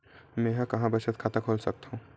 मेंहा कहां बचत खाता खोल सकथव?